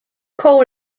coal